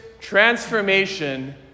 transformation